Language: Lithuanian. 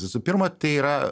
visų pirma tai yra